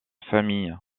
famille